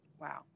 wow